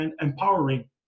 empowering